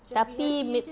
tapi